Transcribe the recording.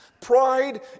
Pride